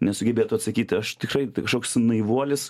nesugebėtų atsakyti aš tikrai kažkoks naivuolis